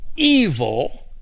Evil